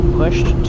pushed